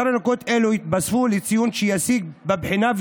ו-10 נקודות אלו יתווספו לציון שישיג בבחינה,